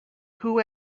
who